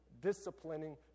disciplining